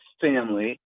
family